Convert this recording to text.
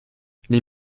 les